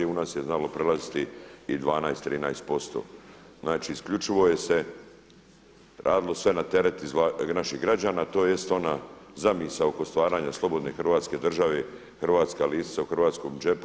Kod nas je znalo prelaziti i 12, 13% Znači isključivo je se radilo sve na teret naših građana, tj. ona zamisao oko stvaranje slobodne Hrvatske države, hrvatska lisnica u hrvatskom džepu.